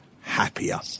happier